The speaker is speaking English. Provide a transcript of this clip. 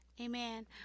Amen